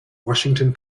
washington